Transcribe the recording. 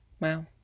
Wow